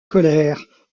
colère